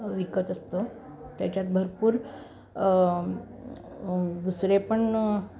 विकत असतो त्याच्यात भरपूर दुसरे पण